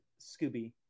Scooby